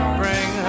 bring